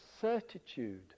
certitude